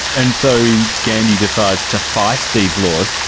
and so gandhi decides to fight these laws.